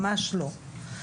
ממש לא.